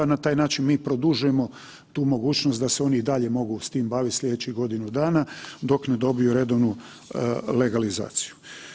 Na taj način mi produžujemo tu mogućnost da se oni i dalje mogu s tim bavit slijedećih godinu dana dok ne dobiju redovnu legalizaciju.